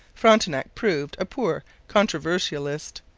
frontenac proved a poor controversialist.